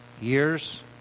years